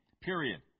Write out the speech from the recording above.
period